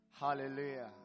Hallelujah